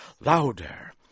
louder